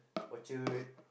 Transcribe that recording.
orchard